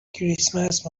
کریسمس